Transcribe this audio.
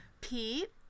Pete